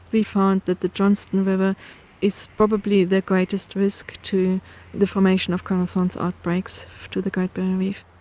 we found that the johnstone river is probably the greatest risk to the formation of crown of thorns outbreaks to the great barrier reef.